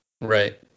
Right